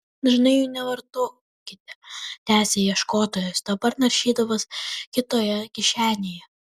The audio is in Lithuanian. dažnai jų nevartokite tęsė ieškotojas dabar naršydamas kitoje kišenėje